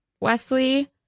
Wesley